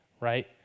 Right